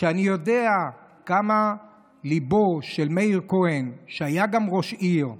ואני יודע כמה ליבו של מאיר כהן, שהיה גם ראש עיר,